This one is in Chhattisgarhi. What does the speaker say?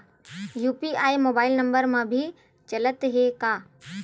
यू.पी.आई मोबाइल नंबर मा भी चलते हे का?